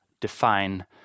define